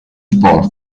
sport